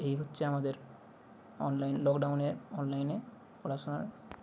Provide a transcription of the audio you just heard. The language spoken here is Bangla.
এই হচ্চে আমাদের অনলাইনের লকডাউনে অনলাইনে পড়াশোনার